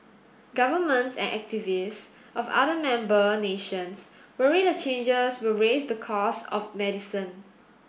governments and activists of other member nations worry the changes will raise the costs of medicine